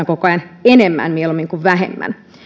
koko ajan enemmän mieluummin kuin vähemmän